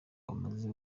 bamaze